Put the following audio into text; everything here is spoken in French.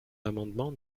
l’amendement